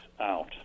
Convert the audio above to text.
out